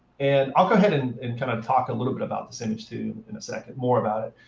and i'll go ahead and and kind of talk a little bit about this image too in a second more about it.